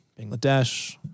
Bangladesh